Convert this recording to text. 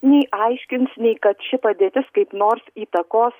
nei aiškins nei kad ši padėtis kaip nors įtakos